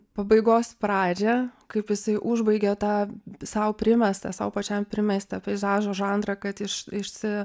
pabaigos pradžią kaip jisai užbaigė tą sau primestą sau pačiam primestą peizažo žanrą kad iš išsi